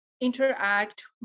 interact